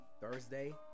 thursday